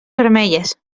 vermelles